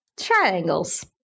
triangles